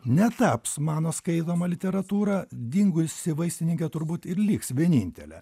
netaps mano skaitoma literatūra dingusi vaistininkė turbūt ir liks vienintelė